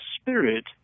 Spirit